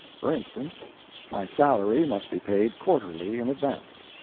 for instance my salary must be paid quarterly in advance.